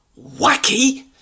wacky